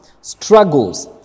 struggles